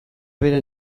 bera